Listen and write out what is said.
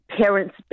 parents